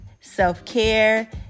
self-care